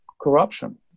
corruption